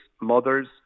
mothers